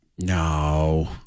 No